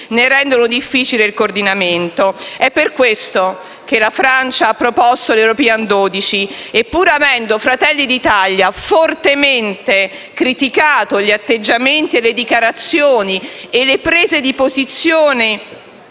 rendono difficile il coordinamento. È per questo che la Francia ha proposto l'European 12 e pur avendo Fratelli d'Italia fortemente criticato gli atteggiamenti, le dichiarazioni e le prese di posizione